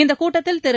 இக்கூட்டத்தில் திரு